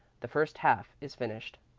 the first half is finished.